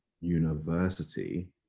university